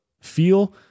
feel